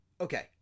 okay